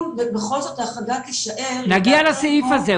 אם בכל זאת ההחרגה תישאר --- נגיע לסעיף הזה,